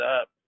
up